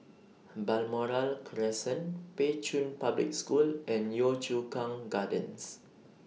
Balmoral Crescent Pei Chun Public School and Yio Chu Kang Gardens